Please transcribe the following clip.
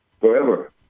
Forever